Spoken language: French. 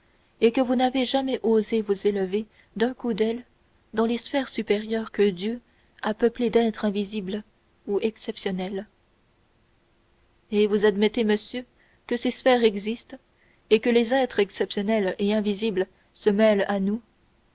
et que vous n'avez jamais osé vous élever d'un coup d'aile dans les sphères supérieures que dieu a peuplées d'êtres invisibles ou exceptionnels et vous admettez monsieur que ces sphères existent et que les êtres exceptionnels et invisibles se mêlent à nous